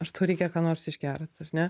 ar tau reikia ką nors išgert ar ne